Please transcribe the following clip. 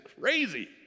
crazy